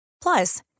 Plus